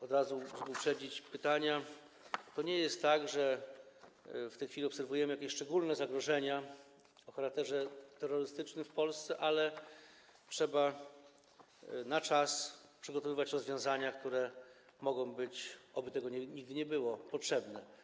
Od razu, żeby uprzedzić pytania, powiem, że to nie jest tak, że w tej chwili obserwujemy jakieś szczególne zagrożenia o charakterze terrorystycznym w Polsce, ale trzeba na czas przygotowywać rozwiązania, które mogą być - oby tego nigdy nie było - potrzebne.